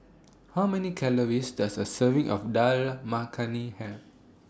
How Many Calories Does A Serving of Dal Makhani Have